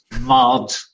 mud